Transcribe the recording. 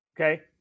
okay